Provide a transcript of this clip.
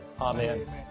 amen